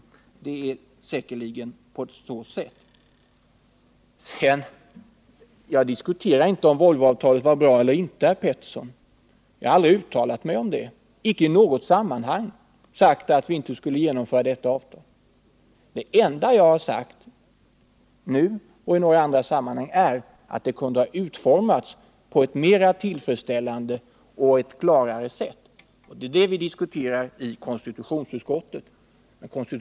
Så ligger det säkerligen till. Jag diskuterar inte om Volvoavtalet var bra eller inte, herr Petersson. Jag har aldrig i något sammanhang sagt att vi inte skulle fullfölja detta avtal. Det enda jag sagt nu, och även i andra sammanhang, är att avtalet kunde ha utformats på ett mera tillfredsställande och mera klart sätt. Det är detta vi diskuterar i konstitutionsutskottet.